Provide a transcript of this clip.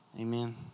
Amen